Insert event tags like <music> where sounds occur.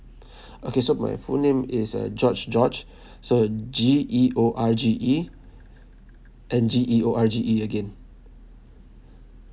<breath> okay so my full name is uh george george <breath> so G E O R G E and G E O R G E again